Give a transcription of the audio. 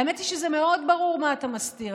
האמת היא שזה מאוד ברור מה אתה מסתיר.